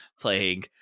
playing